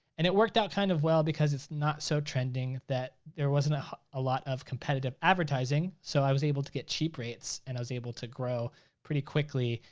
and it worked out kind of well because it's not so trending that there wasn't a ah lot of competitive advertising. so i was able to get cheap rates, and i was able to grow pretty quickly.